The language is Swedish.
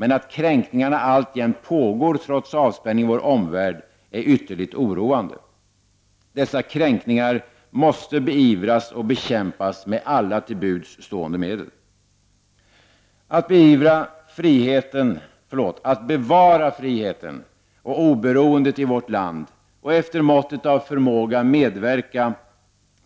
Men att kränkningarna alltjämt pågår trots avspänningen i vår omvärld är ytterligt oroande. Dessa kränkningar måste beivras och bekämpas med alla till buds stående medel. Att bevara friheten och oberoendet i vårt land och efter måttet av förmåga medverka